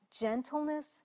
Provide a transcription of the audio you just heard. gentleness